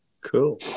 Cool